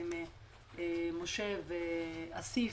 עם משה ועם אסיף,